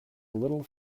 little